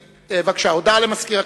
בבקשה, הודעה למזכיר הכנסת.